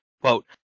quote